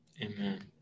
Amen